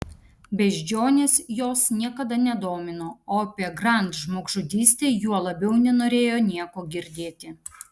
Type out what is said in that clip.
beždžionės jos niekada nedomino o apie grand žmogžudystę juo labiau nenorėjo nieko girdėti